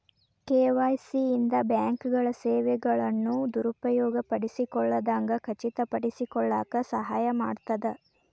KYC ಇಂದ ಬ್ಯಾಂಕ್ಗಳ ಸೇವೆಗಳನ್ನ ದುರುಪಯೋಗ ಪಡಿಸಿಕೊಳ್ಳದಂಗ ಖಚಿತಪಡಿಸಿಕೊಳ್ಳಕ ಸಹಾಯ ಮಾಡ್ತದ